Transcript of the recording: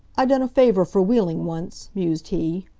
i done a favor for wheeling once, mused he.